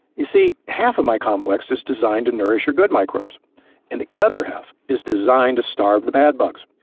you see, half of my complex is designed to nourish your good microbes and the other half is designed to starve the bad bugs.